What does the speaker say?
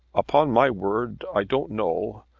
upon my word i don't know.